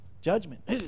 Judgment